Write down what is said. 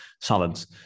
salads